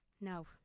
No